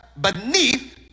beneath